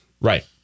Right